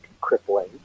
crippling